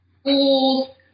schools